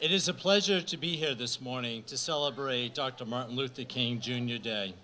it is a pleasure to be here this morning to celebrate dr martin luther king jr day